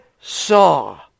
saw